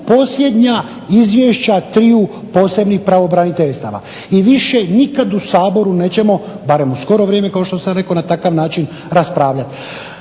posljednja izvješća triju posebnih pravobraniteljstava. I više nikad u Saboru nećemo, barem u skoro vrijeme kao što sam rekao, na takav način raspravljati.